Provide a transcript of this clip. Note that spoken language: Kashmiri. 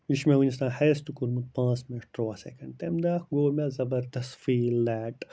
یہِ چھُ مےٚ وٕنِس تام ہَیَسٹ کوٚرمُت پانٛژھ مِنٹ تُرٛواہ سٮ۪کٮ۪نٛڈ تَمہِ دۄہ گوٚو مےٚ زبردَس فیٖل لیٹ